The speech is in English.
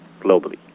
globally